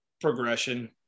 progression